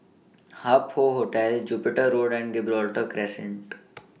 Hup Hoe Hotel Jupiter Road and Gibraltar Crescent